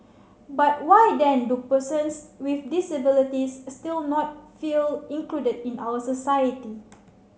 but why then do persons with disabilities still not feel included in our society